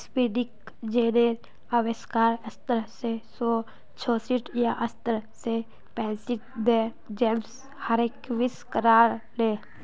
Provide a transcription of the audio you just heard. spinning जेनीर अविष्कार सत्रह सौ चौसठ या सत्रह सौ पैंसठ त जेम्स हारग्रीव्स करायले